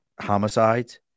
homicides